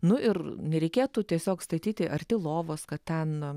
nu ir nereikėtų tiesiog statyti arti lovos kad ten